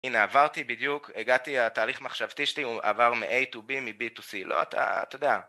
הנה עברתי בדיוק, הגעתי התהליך מחשבתי שלי, הוא עבר מ-a to b, מ-b to c. לא אתה, אתה יודע.